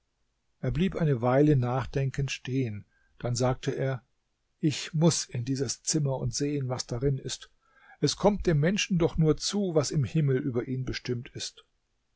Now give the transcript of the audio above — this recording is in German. er blieb eine weile nachdenkend stehen dann sagte er ich muß in dieses zimmer und sehen was darin ist es kommt dem menschen doch nur zu was im himmel über ihn bestimmt ist